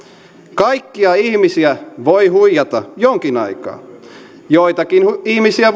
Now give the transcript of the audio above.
kaikkia ihmisiä voi huijata jonkin aikaa joitakin ihmisiä